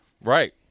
Right